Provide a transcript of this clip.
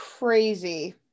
crazy